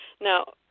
Now